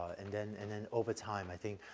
and then, and then over time i think.